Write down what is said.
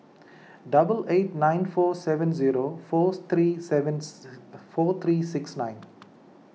double eight nine four seven zero four three seven four three six nine